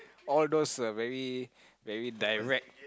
all those uh very very direct